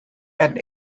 and